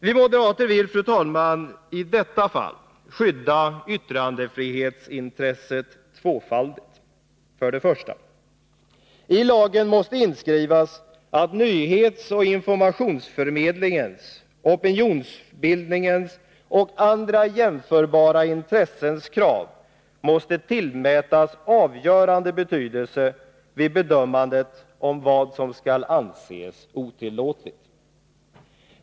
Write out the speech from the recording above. Vi moderater vill i detta fall skydda yttrandefrihetsintresset tvåfaldigt. För det första: I lagen måste inskrivas att nyhetsoch informationsförmedlingens, opinionsbildningens och andra jämförbara intressens krav måste tillmätas avgörande betydelse vid bedömandet av vad som skall anses otillåtligt.